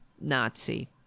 Nazi